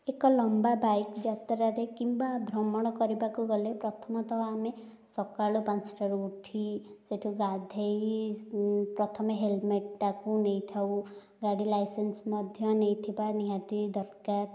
ଏକ ଲମ୍ବା ବାଇକ୍ ଯାତ୍ରାରେ କିମ୍ବା ଭ୍ରମଣ କରିବାକୁ ଗଲେ ପ୍ରଥମତଃ ଆମେ ସକାଳ ପାଞ୍ଚଟାରୁ ଉଠି ସେଇଠୁ ଗାଧୋଇ ପ୍ରଥମେ ହେଲେମେଟ୍ ଟାକୁ ନେଇଥାଉ ଗାଡ଼ି ଲାଇସେନ୍ସ ମଧ୍ୟ ନେଇଥିବା ନିହାତି ଦରକାର